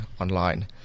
online